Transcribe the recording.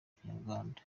kinyarwanda